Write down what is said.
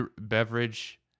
beverage